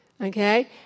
Okay